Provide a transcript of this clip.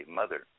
mother